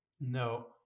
no